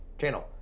channel